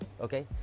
Okay